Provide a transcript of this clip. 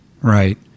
Right